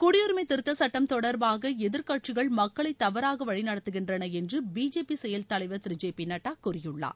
குடியுரிமை திருத்தச் சட்டம் தொடர்பாக எதிர்க்கட்சிகள் மக்களை தவறாக வழிநடத்துகின்றன என்று பிஜேபி செயல் தலைவர் திரு ஜெ பி நட்டா கூறியுள்ளார்